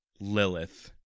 Lilith